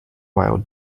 while